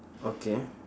okay